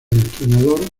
entrenador